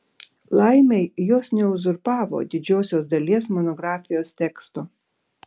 laimei jos neuzurpavo didžiosios dalies monografijos teksto